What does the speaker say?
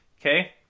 okay